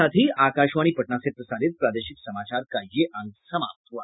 इसके साथ ही आकाशवाणी पटना से प्रसारित प्रादेशिक समाचार का ये अंक समाप्त हुआ